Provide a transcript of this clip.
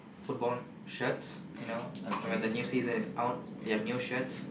football shirts you know when the new season is out they have new shirts